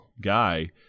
guy